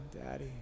daddy